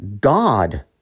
God